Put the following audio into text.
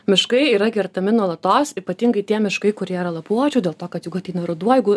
miškai yra kertami nuolatos ypatingai tie miškai kurie yra lapuočių dėl to kad jeigu ateina ruduo jeigu